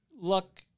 luck